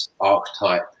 archetype